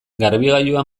garbigailua